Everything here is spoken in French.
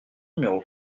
numéro